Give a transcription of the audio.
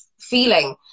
feeling